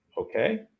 okay